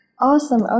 Awesome